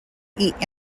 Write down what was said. eat